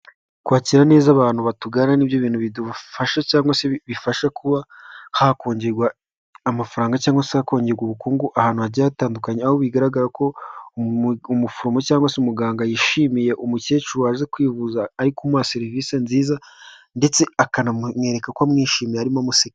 Kwakira neza abantu batugana ni byo bintu bidufasha cyangwa se bifasha kuba hakongegwa amafaranga cyangwa se hakongegwa ubukungu ahantu hagiye hatandukanye, aho bigaragara ko umuforomo cyangwa se umuganga yishimiye umukecuru waje kwivuza, ari kumuha serivisi nziza ndetse akanamwereka ko amwishimiye arimo